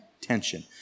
tension